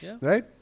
right